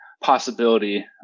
possibility